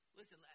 Listen